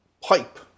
pipe